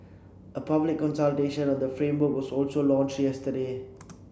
a public consultation on the framework was also launched yesterday